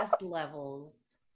levels